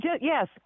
Yes